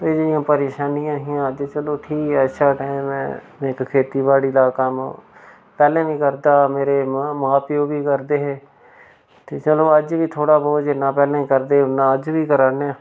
एह् जेहियां परेशानियां हियां ते चलो ठीक ऐ अच्छा टैम ऐ इक खेत्ती बाड़ी दा कम्म पैह्लें बी करदा हा मेरे मा मा प्यो बी करदे हे ते चलो अज्ज बी थोह्ड़ा बोह्त जिन्ना पैह्लें करदे उन्ना अज्ज बी करा ने